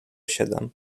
siedem